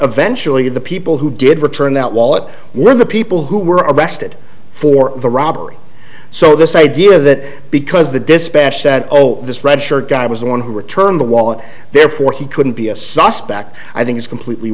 eventually the people who did return that wallet were the people who were arrested for the robbery so this idea that because the dispatcher said oh this red shirt guy was the one who returned the wallet therefore he couldn't be a suspect i think is completely